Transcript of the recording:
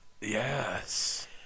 Yes